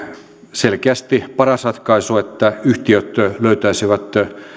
selkeästi paras ratkaisu että yhtiöt löytäisivät